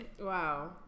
Wow